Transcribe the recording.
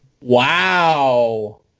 Wow